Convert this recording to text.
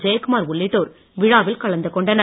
ஜெயகுமார் உள்ளிட்டோர் விழாவில் கலந்து கொண்டனர்